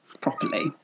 properly